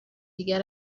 دیگر